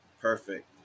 perfect